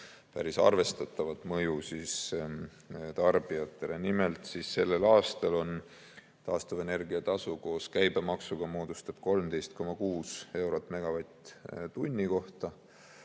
päris arvestatavat mõju tarbijatele. Nimelt, sellel aastal taastuvenergia tasu koos käibemaksuga moodustab 13,6 eurot megavatt-tunni kohta.